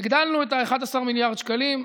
הגדלנו את ה-11 מיליארד שקלים.